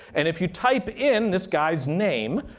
and if you type in this guy's name,